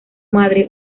madre